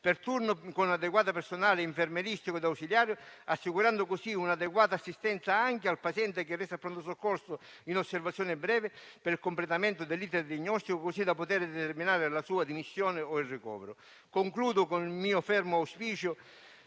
per turno, con adeguato personale infermieristico e ausiliario, assicurando così un'adeguata assistenza anche al paziente che resta al pronto soccorso in osservazione breve per il completamento dell'*iter* diagnostico così da poter determinare la sua dimissione o il ricovero. Concludo con il mio fermo auspicio